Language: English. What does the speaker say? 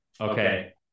okay